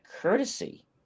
courtesy